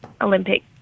Olympic